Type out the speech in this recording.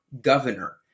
governor